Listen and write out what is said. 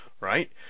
right